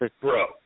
bro